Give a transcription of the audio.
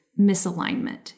misalignment